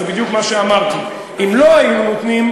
זה בדיוק מה שאמרתי: אם לא היו נותנים,